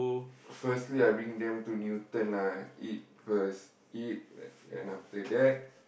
firstly I bring them to Newton lah eat first eat and after that